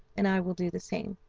and i will do the same